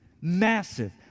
Massive